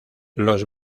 los